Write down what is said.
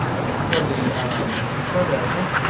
ok, and go to the curve editor.